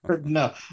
No